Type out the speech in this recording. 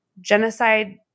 genocide